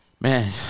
Man